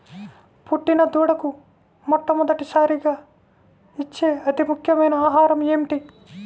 పుట్టిన దూడకు మొట్టమొదటిసారిగా ఇచ్చే అతి ముఖ్యమైన ఆహారము ఏంటి?